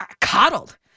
coddled